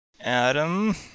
Adam